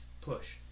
push